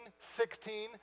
16